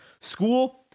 School –